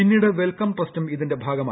പിന്നീട് വെൽക്കം ട്രസ്റ്റും ഇതിന്റെ ഭാഗമായി